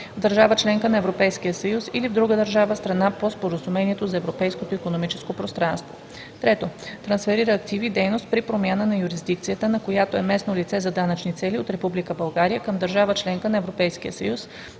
в държава – членка на Европейския съюз, или в друга държава – страна по Споразумението за Европейското икономическо пространство; 3. трансферира активи/дейност при промяна на юрисдикцията, на която е местно лице за данъчни цели, от Република България към държава – членка на Европейския съюз,